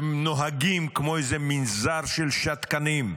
שנוהגים כמו איזה מנזר של שתקנים,